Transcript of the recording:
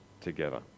together